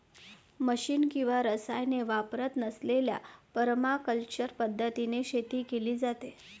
machine किंवा रसायने वापरत नसलेल्या परमाकल्चर पद्धतीने शेती केली जाते